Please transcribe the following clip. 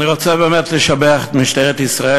אני רוצה באמת לשבח את משטרת ישראל,